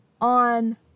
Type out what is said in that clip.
on